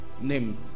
name